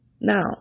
Now